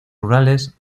rurales